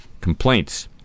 complaints